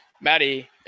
Maddie